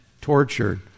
tortured